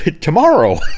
tomorrow